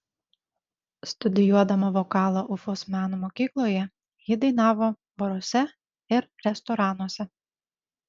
studijuodama vokalą ufos meno mokykloje ji dainavo baruose ir restoranuose